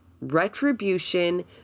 retribution